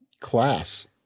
class